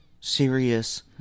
serious